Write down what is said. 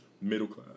middle-class